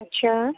اچھا